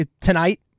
tonight